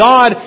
God